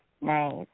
Nice